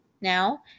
now